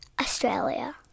Australia